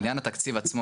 בעניין התקציב עצמו,